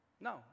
No